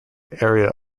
area